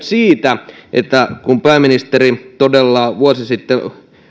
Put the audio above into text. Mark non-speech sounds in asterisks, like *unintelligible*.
*unintelligible* siitä kuten pääministeri todella vuosi sitten